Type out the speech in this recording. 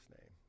name